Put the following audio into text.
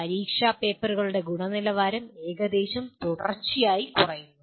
പരീക്ഷാ പേപ്പറുകളുടെ ഗുണനിലവാരം ഏകദേശം തുടർച്ചയായി കുറയുന്നു